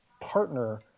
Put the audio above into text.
partner